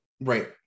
Right